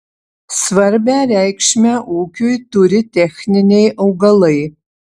svarbią reikšmę ūkiui turi techniniai augalai